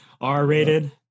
R-rated